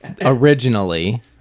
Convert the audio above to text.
originally